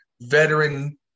veteran